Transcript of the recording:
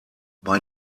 bei